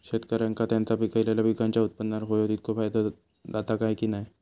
शेतकऱ्यांका त्यांचा पिकयलेल्या पीकांच्या उत्पन्नार होयो तितको फायदो जाता काय की नाय?